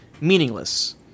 meaningless